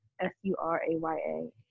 S-U-R-A-Y-A